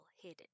hidden